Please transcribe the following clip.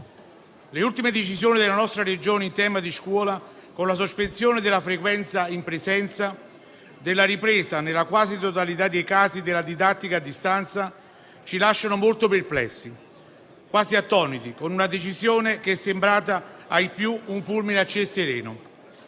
Le ultime decisioni della nostra Regione in tema di scuola con la sospensione della frequenza in presenza e la ripresa nella quasi totalità dei casi della didattica a distanza ci lasciano molto perplessi, quasi attoniti. La decisione è sembrata ai più un fulmine a ciel sereno.